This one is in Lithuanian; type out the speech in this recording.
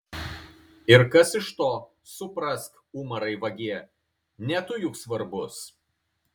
ir kas iš to suprask umarai vagie ne tu juk svarbus